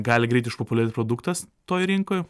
gali greit išpopuliarėt produktas toj rinkoj